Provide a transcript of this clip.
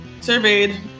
surveyed